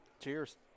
Cheers